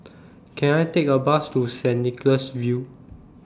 Can I Take A Bus to Saint Nicholas View